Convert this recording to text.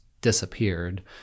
disappeared